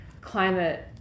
climate